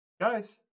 guys